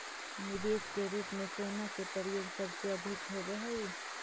निवेश के रूप में सोना के प्रयोग सबसे अधिक होवऽ हई